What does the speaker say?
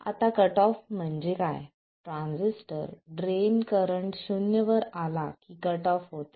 आता cut off म्हणजे काय ट्रान्झिस्टर ड्रेन करंट शून्य वर आला की कट ऑफ होते